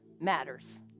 matters